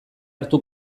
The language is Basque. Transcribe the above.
hartu